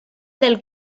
del